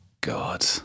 God